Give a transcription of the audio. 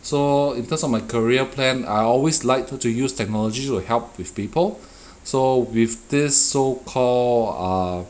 so in terms of my career plan I always liked to use technology to help with people so with this so-called err